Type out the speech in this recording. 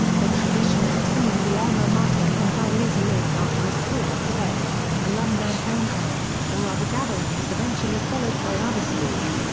the tradition of singing the alma mater hymn by lasallians after a sports event, alumni homecoming, or other gathering was eventually followed by other schools.